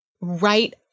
right